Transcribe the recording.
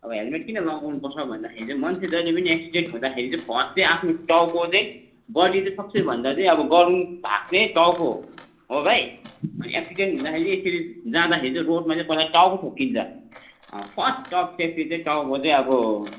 अबो हेलमेट किन लगाउनुपर्छ भन्दाखेरि चाहिँ मान्छे जहिले पनि एक्सिडेन्ट हुँदाखेरि चाहिँ फर्स्ट चाहिँ आफ्नो टाउको चाहिँ बडी चाहिँ सबसे भन्दा चाहिँ अब गरूङ भाग चाहिँ टाउको हो हो भाइ एक्सिडेन्ट हुँदाखेरि यसरी जादाँखेरि चाहिँ रोडमा चाहिँ पहिला टाउको ठोक्किन्छ फर्स्ट टप सेफ्टी चाहिँ टाउको चाहिँ अब